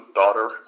daughter